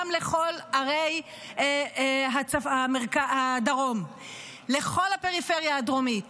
גם לכל ערי הדרום ולכל הפריפריה הדרומית.